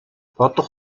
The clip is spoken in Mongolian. бодох